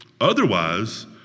Otherwise